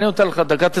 אני נותן לך דקה.